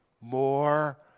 More